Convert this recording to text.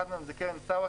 אחד מהם הוא קרן SAWA,